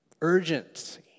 Urgency